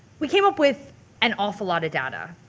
we came up with an awful lot of data.